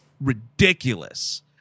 ridiculous